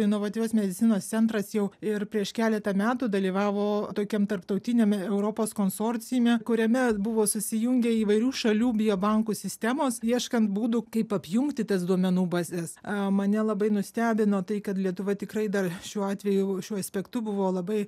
inovatyvios medicinos centras jau ir prieš keletą metų dalyvavo tokiam tarptautiniam europos konsorciume kuriame buvo susijungę įvairių šalių bio bankų sistemos ieškant būdų kaip apjungti tas duomenų bazes a mane labai nustebino tai kad lietuva tikrai dar šiuo atveju šiuo aspektu buvo labai